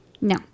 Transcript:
No